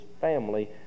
family